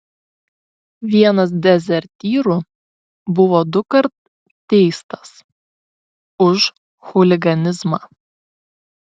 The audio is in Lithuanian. vienas dezertyrų buvo dukart teistas už chuliganizmą